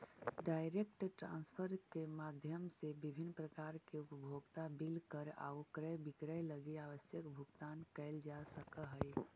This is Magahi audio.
डायरेक्ट ट्रांसफर के माध्यम से विभिन्न प्रकार के उपभोक्ता बिल कर आउ क्रय विक्रय लगी आवश्यक भुगतान कैल जा सकऽ हइ